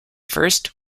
first